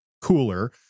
cooler